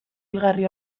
hilgarri